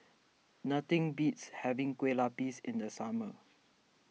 nothing beats having Lueh Lapis in the summer